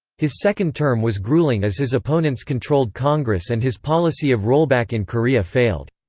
his second term was grueling as his opponents controlled congress and his policy of rollback in korea failed.